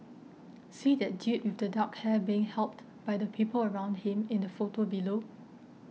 see that dude with the dark hair being helped by the people around him in the photo below